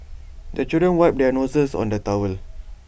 the children wipe their noses on the towel